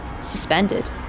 suspended